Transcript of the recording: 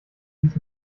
dies